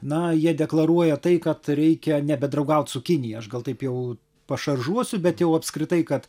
na jie deklaruoja tai kad reikia nebedraugaut su kinija aš gal taip jau pašaržuosiu bet jau apskritai kad